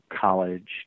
college